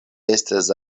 estas